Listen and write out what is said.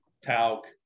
talc